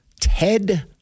Ted